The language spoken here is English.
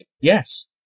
Yes